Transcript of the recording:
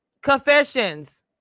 Confessions